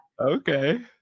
Okay